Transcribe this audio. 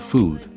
Food